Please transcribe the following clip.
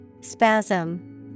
Spasm